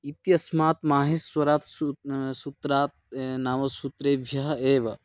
इत्यस्मात् माहेश्वरात् सु सूत्रात् नाम सूत्रेभ्यः एव